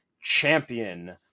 Champion